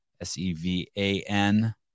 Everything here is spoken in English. S-E-V-A-N